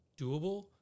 doable